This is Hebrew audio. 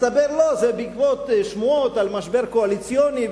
מסתבר שלא, זה בעקבות שמועות על משבר קואליציוני.